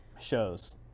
shows